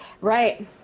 Right